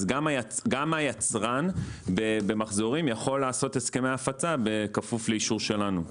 אז גם היצרן במחזורים יכול לעשות הסכמי הפצה בכפוף לאישור שלנו.